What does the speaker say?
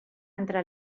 entre